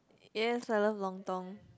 yes I love lontong